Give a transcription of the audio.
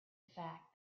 fact